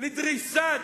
לדריסת